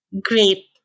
great